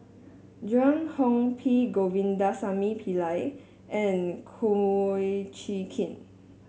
Joan Hon P Govindasamy Pillai and Kum Chee Kin